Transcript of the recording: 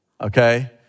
Okay